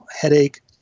headache